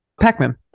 Pac-Man